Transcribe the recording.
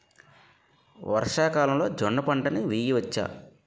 వర్షాకాలంలో జోన్న పంటను వేయవచ్చా?